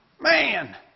Man